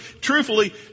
Truthfully